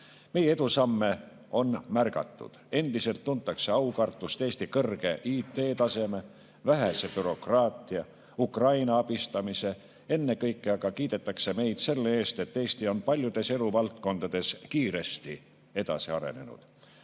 Meie edusamme on märgatud, endiselt tuntakse aukartust Eesti kõrge IT-taseme, vähese bürokraatia ja Ukraina abistamise ees, ennekõike aga kiidetakse meid selle eest, et Eesti on paljudes eluvaldkondades kiiresti edasi arenenud.